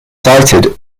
sited